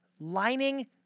lining